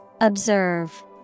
Observe